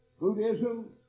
Buddhism